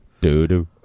Doo-doo